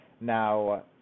Now